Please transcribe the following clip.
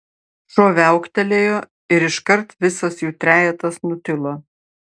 šuo viauktelėjo ir iškart visas jų trejetas nutilo